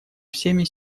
всеми